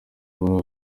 muri